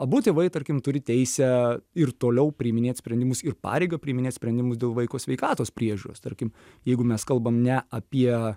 abu tėvai tarkim turi teisę ir toliau priiminėt sprendimus ir pareigą priiminėt sprendimus dėl vaiko sveikatos priežiūros tarkim jeigu mes kalbam ne apie